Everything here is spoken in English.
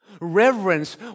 reverence